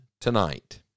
tonight